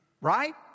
right